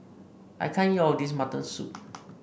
I can't eat all this Mutton Soup